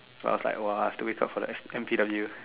so I was like !wah! two weeks of her life M_T_W